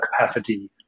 capacity